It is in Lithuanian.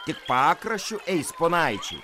tik pakraščiu eis ponaičiai